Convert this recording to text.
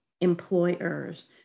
employers